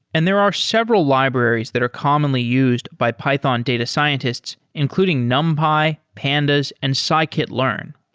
and there are several libraries that are commonly used by python data scientists including numpy, pandas, and scikit learn.